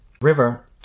river